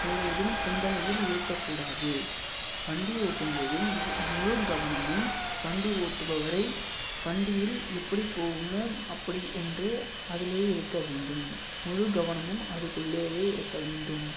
வேறு எதுவும் சிந்தனையில் இருக்கக்கூடாது வண்டி ஓட்டும்போது முழு முழு கவனமும் வண்டி ஓட்டுபவரை வண்டியில் எப்படி போகணும் அப்படி என்று அதில் இருக்க வேண்டும் முழு கவனமும் அதுக்குள்ளேயவே இருக்க வேண்டும்